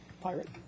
pirate